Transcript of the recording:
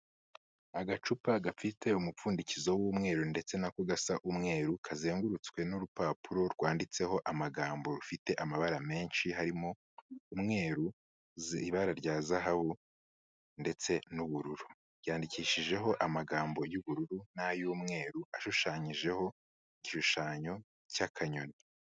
Agacupa gafite umupfundikizo w'umweru ndetse na ko gasa umweru kazengurutswe n'urupapuro rwanditseho amagambo rufite amabara menshi harimo umweru, zi ibara rya zahabu ndetse n'ubururu, byandikishijeho amagambo y'ubururu n'ay'umweru ashushanyijeho igishushanyo cy'akanyoni.